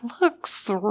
looks